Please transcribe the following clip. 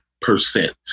percent